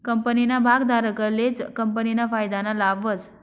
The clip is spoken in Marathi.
कंपनीना भागधारकलेच कंपनीना फायदाना लाभ व्हस